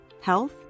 health